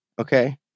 Okay